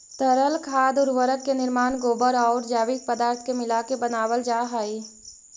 तरल खाद उर्वरक के निर्माण गोबर औउर जैविक पदार्थ के मिलाके बनावल जा हई